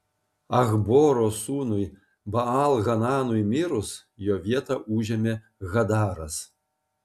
achboro sūnui baal hananui mirus jo vietą užėmė hadaras